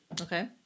Okay